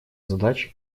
задачи